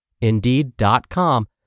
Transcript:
Indeed.com